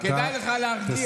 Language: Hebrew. כדאי לך להרגיע.